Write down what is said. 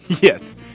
Yes